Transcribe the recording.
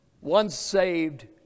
once-saved